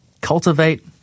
Cultivate